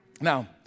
Now